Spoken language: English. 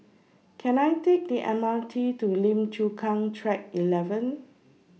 Can I Take The M R T to Lim Chu Kang Track eleven